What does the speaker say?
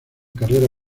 carrera